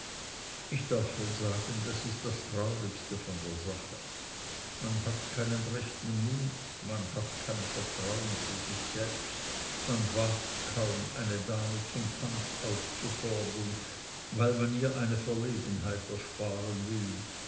ich darf wohl sagen das ist das traurigste von der sache man hat keinen rechten mut man hat kein vertrauen zu sich selbst man wagt kaum eine dame zum tanz aufzufordern weil man ihr eine verlegenheit ersparen will